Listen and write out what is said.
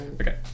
Okay